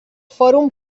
fòrum